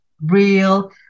real